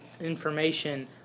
information